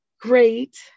Great